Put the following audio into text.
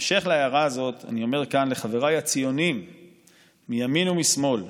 בהמשך להערה הזאת אני אומר כאן לחבריי הציונים מימין ומשמאל: